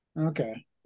Okay